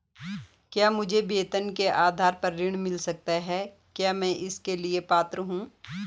क्या मुझे वेतन के आधार पर ऋण मिल सकता है क्या मैं इसके लिए पात्र हूँ?